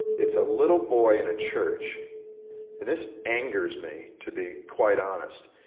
it's a little boy in a church and this angers me, to be quite honest.